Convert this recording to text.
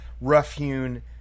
rough-hewn